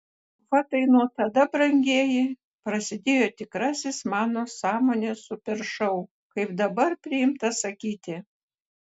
va tai nuo tada brangieji prasidėjo tikrasis mano samanės super šou kaip dabar priimta sakyti